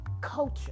culture